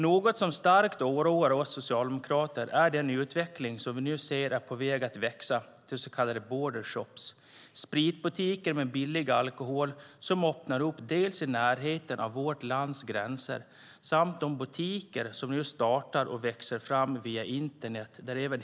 Något som starkt oroar oss socialdemokrater är den utveckling som vi nu ser med så kallade border shops, alltså spritbutiker med billig alkohol som öppnar i närheten av vårt lands gränser, och de butiker som nu startar och växer fram på internet.